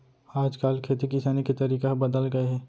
आज काल खेती किसानी के तरीका ह बदल गए हे